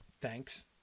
thanks